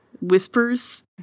Whispers